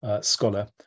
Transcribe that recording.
Scholar